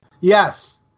Yes